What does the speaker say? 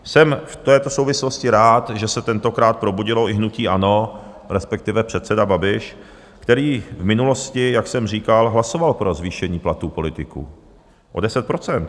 Jsem v této souvislosti rád, že se tentokrát probudilo i hnutí ANO, respektive předseda Babiš, který v minulosti, jak jsem říkal, hlasoval pro zvýšení platů politiků o 10 %.